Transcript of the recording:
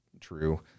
true